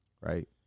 right